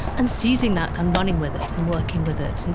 and seizing that and running with it and working with it. and